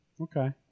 Okay